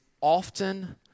often